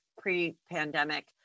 pre-pandemic